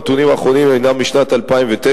הנתונים האחרונים הם משנת 2009,